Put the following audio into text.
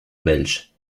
belges